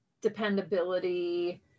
dependability